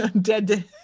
dead